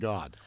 God